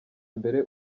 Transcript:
mbere